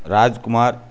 Rajkumar